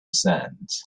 sands